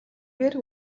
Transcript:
бээр